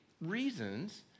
reasons